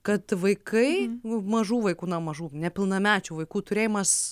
kad vaikai mažų vaikų na mažų nepilnamečių vaikų turėjimas